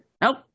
Nope